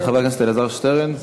תודה רבה לחבר הכנסת אלעזר שטרן.